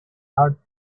heart